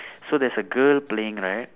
so there's a girl playing right